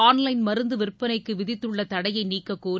on line மருந்து விற்பனைக்கு விதித்துள்ள தடையை நீக்கக்கோரி